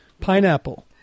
pineapple